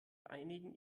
einigen